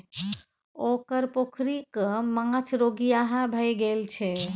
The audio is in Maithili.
ओकर पोखरिक माछ रोगिहा भए गेल छै